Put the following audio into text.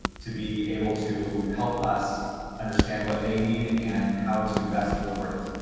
to be able to help us understand what they need and how to best deliver it.